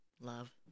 Love